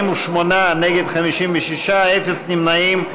48, נגד, 56, אפס נמנעים.